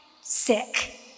sick